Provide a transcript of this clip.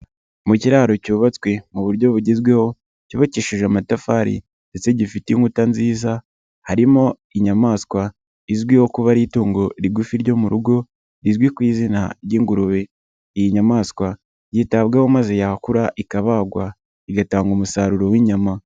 Mu kiraro cyubatswe mu buryo bugezweho cyubakishije amatafari ndetse gifite inkuta nziza, harimo inyamaswa izwiho kuba ari itungo rigufi ryo mu rugo rizwi ku izina ry'ingurube, iyi nyamaswa yitabwaho maze yakura ikabagwa igatanga umusaruro w'inyama.